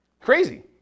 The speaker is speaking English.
Crazy